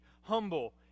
Humble